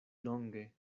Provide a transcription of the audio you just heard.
longe